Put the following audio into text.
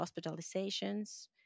hospitalizations